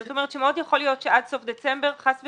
זאת אומרת שמאוד יכול להיות שעד סוף דצמבר - חס ושלום,